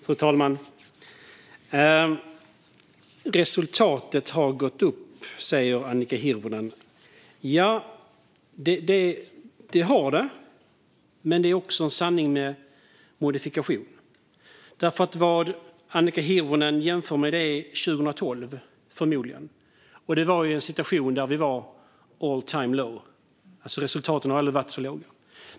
Fru talman! Resultaten har gått upp, säger Annika Hirvonen. Det har de, men detta är också en sanning med modifikation. Annika Hirvonen jämför förmodligen med 2012, då det rådde en situation då vi var all-time low - resultaten har aldrig varit så låga.